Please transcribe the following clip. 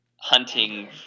hunting